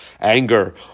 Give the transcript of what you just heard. Anger